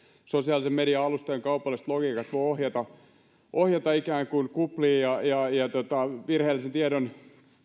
sosiaalisen median alustojen kaupalliset logiikat voivat ohjata ikään kuin kupliin ja ja virheellisen tiedon